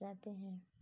जाते हैं